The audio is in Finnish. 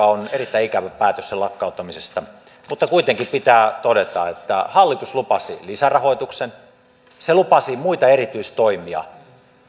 on erittäin ikävä päätös sen lakkauttamisesta mutta kuitenkin pitää todeta että hallitus lupasi lisärahoituksen se lupasi muita erityistoimia